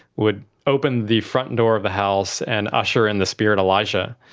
would open the front and door of the house and usher in the spirit elijah.